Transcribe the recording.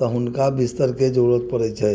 तऽ हुनका बिस्तरके जरूरत पड़ैत छै